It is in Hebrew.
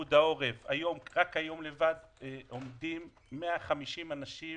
פיקוד העורף רק היום עומדים 150 אנשים